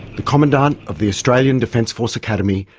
the commandant of the australian defence force academy,